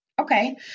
Okay